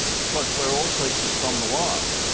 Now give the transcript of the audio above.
because we are all creatures from the wild.